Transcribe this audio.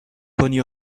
کنی